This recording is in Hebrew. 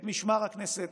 את משמר הכנסת,